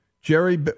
Jerry